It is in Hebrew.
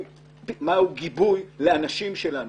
מהו גיבוי לאנשים שלנו,